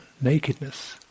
nakedness